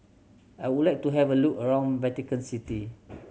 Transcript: I would like to have a look around Vatican City